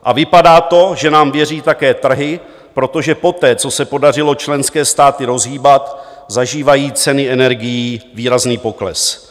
A vypadá to, že nám věří také trhy, protože poté, co se podařilo členské státy rozhýbat, zažívají ceny energií výrazný pokles.